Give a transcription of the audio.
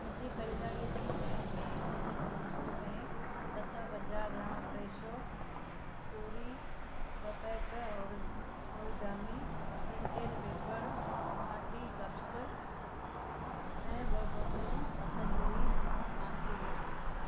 मुंहिंजी खरीदारीअ जी शयुनि में लिस्ट में ॿ सौ पंजाह ग्रामु फ़्रेशो तूरी ॿ pack origami printed paper party cups ऐं ॿ बोतलूं पतंजलि माखी विझो